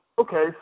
Okay